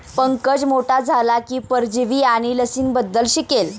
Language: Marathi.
पंकज मोठा झाला की परजीवी आणि लसींबद्दल शिकेल